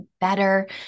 better